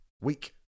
week